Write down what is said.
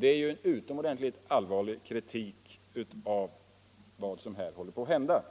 Det är ju en utomordentligt allvarlig kritik av vad som håller på att hända.